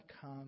come